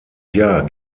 jahr